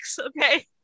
okay